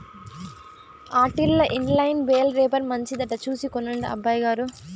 ఆటిల్ల inline bale wrapper మంచిదట చూసి కొనండి అబ్బయిగారు